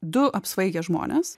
du apsvaigę žmonės